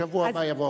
בשבוע הבא יבוא,